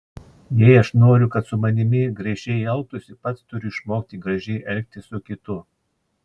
jei aš noriu kad su manimi gražiai elgtųsi pats turiu išmokti gražiai elgtis su kitu